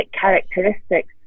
characteristics